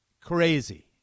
crazy